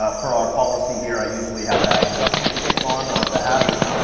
ah per our policy here, i usually have that tick, tick, tick on, the hazards.